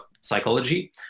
psychology